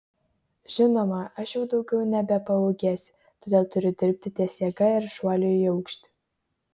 žinoma aš jau daugiau nebepaūgėsiu todėl turiu dirbti ties jėga ir šuoliu į aukštį